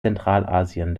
zentralasien